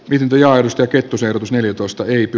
lintuja arto kettuselle neljätoista hiipi